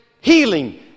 healing